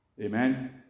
amen